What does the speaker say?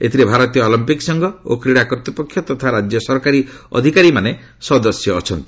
ଏଥିରେ ଭାରତୀୟ ଅଲମ୍ପିକ ସଂଘ ଓ କ୍ରୀଡ଼ା କର୍ତ୍ତୃପକ୍ଷ ତଥା ରାଜ୍ୟ ସରକାରୀ ଅଧିକାରୀମାନେ ସଦସ୍ୟ ଅଛନ୍ତି